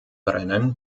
rennen